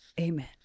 amen